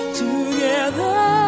together